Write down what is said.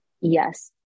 yes